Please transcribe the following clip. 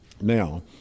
now